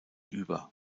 über